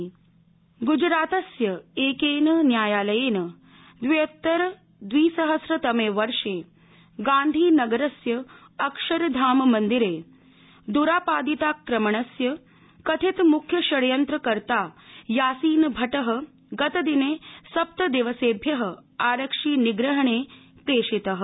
यासीन भ ग्जरातस्य एकेन न्यायालयेन द्रयोत्तर द्रिसहस्रतमे वर्षे गांधीनगरस्य अक्षरधाममन्दिर दुरापादिताक्रमणस्य कथित मुख्य षडयन्त्रकर्ता यासीनभटः गतदिने सप्तदिवसेभ्यः आरक्षिनिग्रहणे प्रेषितः